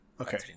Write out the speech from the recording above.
Okay